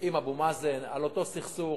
עם אבו מאזן על אותו סכסוך,